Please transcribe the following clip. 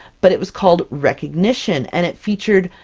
but it was called recognition, and it featured